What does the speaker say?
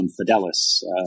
fidelis